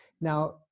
Now